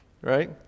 right